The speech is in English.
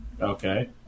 Okay